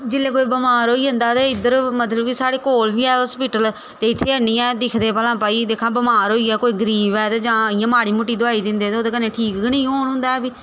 जेल्लै कोई बमार होई जंदा ते इद्धर मतलब कि साढ़े कोल बी ऐ हस्पिटल ते इत्थै हैनी ऐ दिखदे भला भाई दिक्खा हां बमार होई गेआ कोई गरीब ऐ ते जां इ'यां माड़ी मुट्टी दवाई दिंदे ते ओह्दे कन्नै ठीक गै निं होन होंदा ऐ